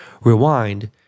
Rewind